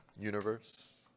universe